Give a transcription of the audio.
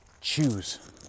choose